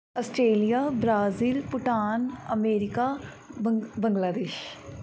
Australia Brazil Bhutan America ਬੰਗ ਬੰਗਲਾਦੇਸ਼